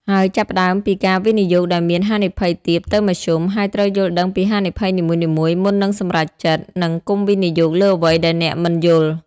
ហើយចាប់ផ្តើមពីការវិនិយោគដែលមានហានិភ័យទាបទៅមធ្យម ហើយត្រូវយល់ដឹងពីហានិភ័យនីមួយៗមុននឹងសម្រេចចិត្ត និងកុំវិនិយោគលើអ្វីដែលអ្នកមិនយល់។